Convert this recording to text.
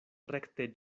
rekte